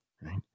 Right